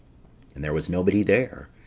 and there was nobody there,